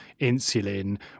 insulin